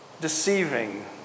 deceiving